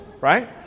right